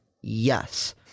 Yes